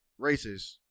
racist